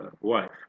wife